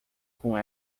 com